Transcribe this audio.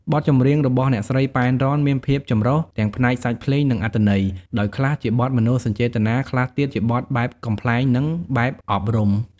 បទចម្រៀងរបស់អ្នកស្រី ប៉ែន រ៉ន មានភាពចម្រុះទាំងផ្នែកសាច់ភ្លេងនិងអត្ថន័យ ដោយខ្លះជាបទមនោសញ្ចេតនា ខ្លះទៀតជាបទបែបកំប្លែងនិងបែបអប់រំ។